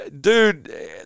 dude